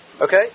Okay